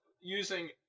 using